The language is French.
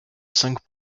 cinq